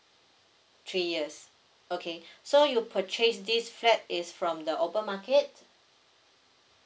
three years okay so you purchase this flat is from the open market